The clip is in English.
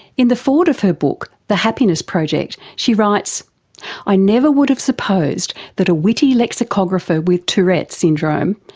in the forward of her book, the happiness project she writes i never would have supposed that a witty lexicographer with tourette's syndrome,